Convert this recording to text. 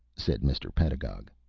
said mr. pedagog.